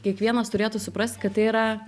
kiekvienas turėtų suprast kad tai yra